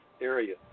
area